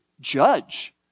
judge